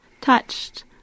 touched